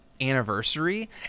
anniversary